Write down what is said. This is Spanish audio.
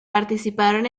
participaron